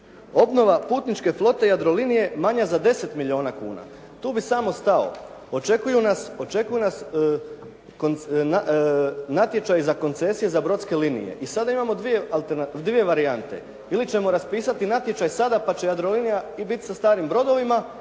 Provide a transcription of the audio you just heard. Obnova putničke flote Jadrolinije manja za 10 milijuna kuna. Tu bih samo stao. Očekuju nas, očekuju nas natječaji za koncesije za brodske linije. I sada imamo dvije, dvije varijante. Ili ćemo raspisati natječaj sada pa će Jadrolinija biti sa starim brodovima